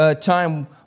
time